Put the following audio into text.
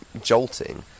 jolting